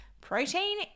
Protein